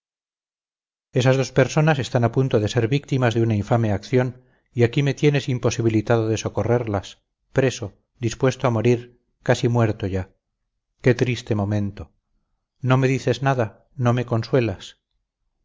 esas dos personas están a punto de ser víctimas de una infame acción y aquí me tienes imposibilitado de socorrerlas preso dispuesto a morir casi muerto ya qué triste momento no me dices nada no me consuelas